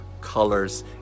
colors